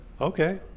okay